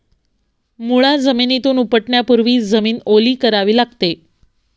मुळा जमिनीतून उपटण्यापूर्वी जमीन ओली करावी लागते